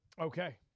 Okay